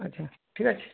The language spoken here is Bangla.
আচ্ছা ঠিক আছে